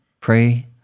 pray